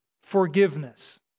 forgiveness